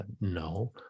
No